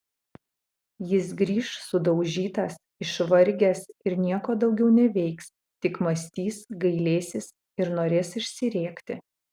jis grįš sudaužytas išvargęs ir nieko daugiau neveiks tik mąstys gailėsis ir norės išsirėkti